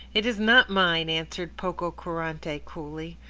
it is not mine, answered pococurante coolly.